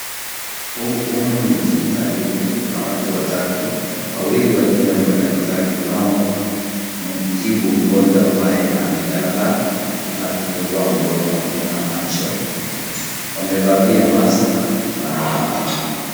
Humu ni hospitalini, kuna watu watatu, wawili wakiwa ni madaktari wanaomtibu mgonjwa ambaye amelala na kufungua mdomo na macho, wamevalia mask .